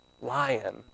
lion